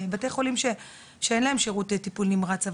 בתי חולים שאין להם שירותי טיפול נמרץ,